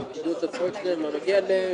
אם תרשה לי רק סיפור קצר, לגבי גברים דווקא.